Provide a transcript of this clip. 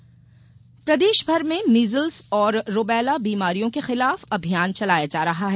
टीकाकरण प्रदेश भर में मीजल्स और रुबैला बीमारियों के खिलाफ अभियान चलाया जा रहा है